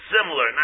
Similar